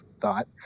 thought